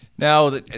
Now